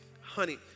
honey